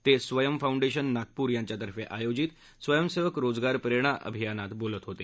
ते स्वयंम फाउंडेशन नागपूर यांच्यातर्फे आयोजित स्वयंसेवक रोजगार प्रेरणा अभियानात बोलत होते